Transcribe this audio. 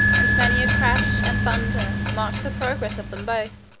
and many a crash, and thunder, marked the progress of them both.